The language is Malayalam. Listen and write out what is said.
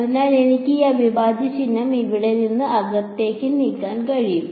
അതിനാൽ എനിക്ക് ഈ അവിഭാജ്യ ചിഹ്നം ഇവിടെ നിന്ന് അകത്തേക്ക് നീക്കാൻ കഴിയും